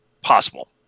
Possible